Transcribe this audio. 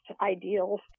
ideals